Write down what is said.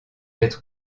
être